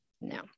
no